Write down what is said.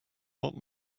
what